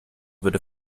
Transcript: würde